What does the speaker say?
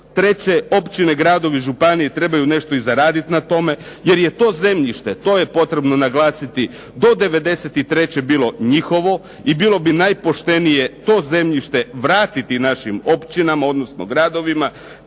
Treće, općine, gradovi i županije trebaju nešto i zaraditi na tome jer je to zemljište, to je potrebno naglasiti, do 93. bilo njihovo i bilo bi najpoštenije to zemljište vratiti našim općinama odnosno gradovima.